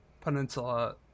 Peninsula